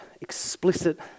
explicit